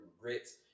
regrets